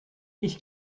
ich